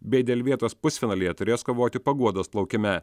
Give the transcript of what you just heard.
bei dėl vietos pusfinalyje turės kovoti paguodos plaukime